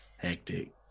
Hectic